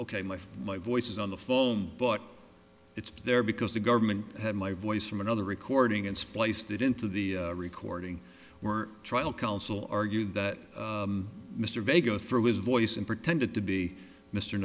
from my voice is on the phone but it's there because the government had my voice from another recording and spliced it into the recording were trial counsel argued that mr of a go through his voice and pretended to be mr